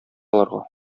аларга